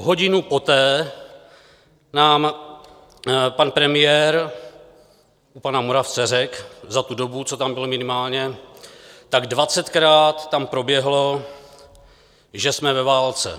Hodinu poté nám pan premiér u pana Moravce řekl za tu dobu, co tam byl, minimálně tak dvacetkrát tam proběhlo, že jsme ve válce.